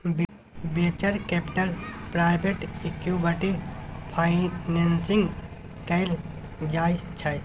venture capital private equity financing कएल जाइ छै